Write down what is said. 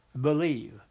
believe